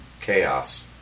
chaos